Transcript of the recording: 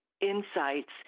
insights